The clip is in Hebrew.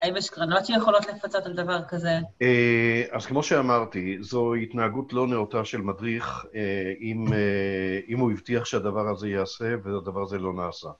האם יש קרנות שיכולות לפצות על דבר כזה? אז כמו שאמרתי, זו התנהגות לא נאותה של מדריך, אם הוא הבטיח שהדבר הזה ייעשה, והדבר הזה לא נעשה.